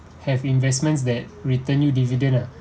have investments that return you dividend ah